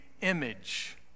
image